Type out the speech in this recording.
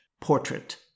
portrait